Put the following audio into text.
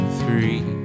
three